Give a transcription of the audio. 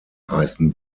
heißen